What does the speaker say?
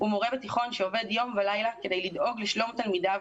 הוא מורה בתיכון שעובד יום ולילה כדי לדאוג לשלום תלמידיו,